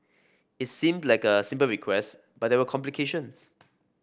it seemed like a simple request but there were complications